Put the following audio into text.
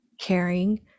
caring